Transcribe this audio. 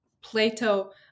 Plato